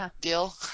deal